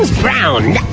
brown.